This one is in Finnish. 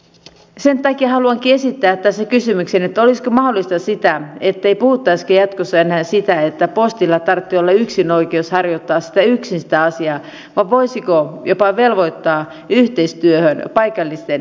sen takia haluankin esittää tässä kysymyksen että olisiko mahdollista ettei puhuttaisikaan jatkossa enää siitä että postilla tarvitsee olla yksinoikeus harjoittaa yksin sitä asiaa vaan voisiko jopa velvoittaa yhteistyöhön paikallisten yritystoimijoitten kanssa